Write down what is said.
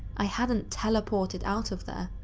i hadn't teleported out of there,